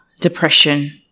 depression